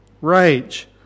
rage